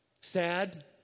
Sad